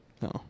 no